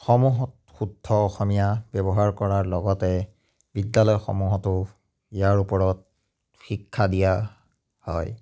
সমূহত শুদ্ধ অসমীয়া ব্যৱহাৰ কৰাৰ লগতে বিদ্যালয়সমূহতো ইয়াৰ ওপৰত শিক্ষা দিয়া হয়